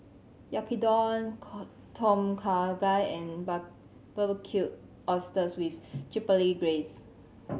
Yaki Udon Tom Kha Gai and Barbecued Oysters with Chipotle Glaze